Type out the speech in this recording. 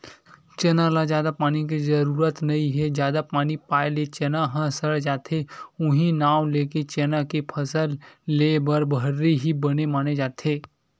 चना ल जादा पानी के जरुरत नइ हे जादा पानी पाए ले चना ह सड़ जाथे उहीं नांव लेके चना के फसल लेए बर भर्री ही बने माने जाथे